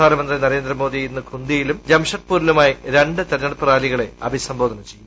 പ്രധാനമന്ത്രി നരേന്ദ്രമോദി ഇന്ന് ഖുന്തിയിലും ജംഷഡ്പൂരിലുമായി രണ്ട് തെരഞ്ഞെടുപ്പ് റാലികളെ അഭിസംബോധന ചെയ്യും